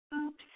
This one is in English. Oops